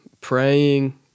praying